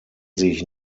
sich